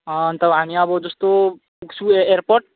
अन्त हामी अब जस्तो पुग्छौँ यो एयरपोर्ट